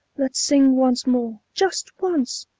let's sing once more! just once!